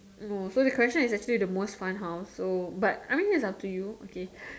no so the question is actually the most fun house so but I mean it's up to you okay